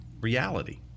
reality